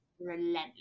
relentless